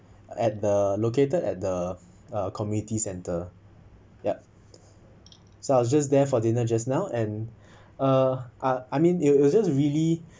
at the located at the uh community centre yup so I just there for dinner just now and uh I I mean it'll just really